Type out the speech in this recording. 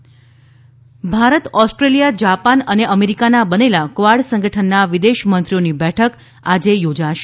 વિદેશ મંત્રી Bharat Australia Japan અને અમેરિકાના બંનેલા ક્વાર્ડ સંગઠનના વિદેશ મંત્રીઓની બેઠક આજે યોજાશે